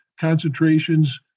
concentrations